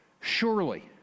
surely